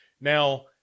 Now